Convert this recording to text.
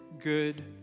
good